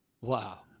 Wow